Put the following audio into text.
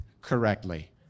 correctly